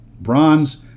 bronze